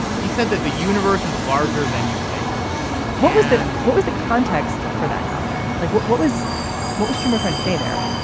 he said that the universe is larger than you think what was that and what was the context for that comment? like what what was what was schumer trying to say there?